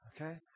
okay